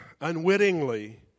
unwittingly